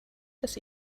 das